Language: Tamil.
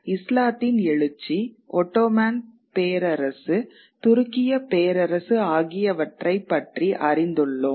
இஸ்லாத்தின் எழுச்சி ஒட்டோமான் பேரரசு துருக்கிய பேரரசு ஆகியவற்றை பற்றி அறிந்துள்ளோம்